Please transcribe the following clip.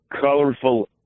colorful